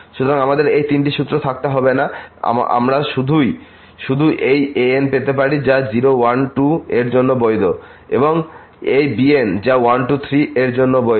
সুতরাং আমাদের এই তিনটি সূত্র থাকতে হবে না আমরা শুধুব এই an পেতে পারি যা 0 1 2 এর জন্য বৈধ এবং এই bn যা 1 2 3 এর জন্য বৈধ